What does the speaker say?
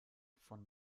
von